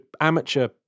amateur